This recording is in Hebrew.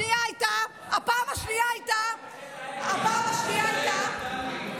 הפעם השנייה הייתה, בחטא העגל, טלי.